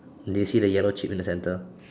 do you see the yellow chip in the center